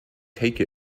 take